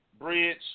bridge